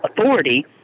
authority